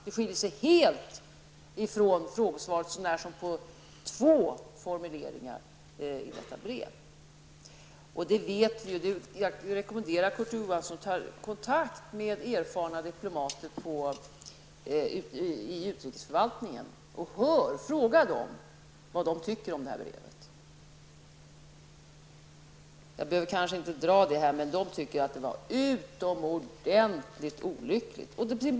Det skiljer sig faktiskt från brevet så när som på två formuleringar i det samma. Jag rekommenderar Kurt Ove Johansson att ta kontakt med erfarna diplomater i utrikesförvaltningen och höra vad de tycker om detta brev. Jag behöver kanske inte redovisa det här, men så mycket kan jag säga att de tycker att brevet var utomordentligt olyckligt.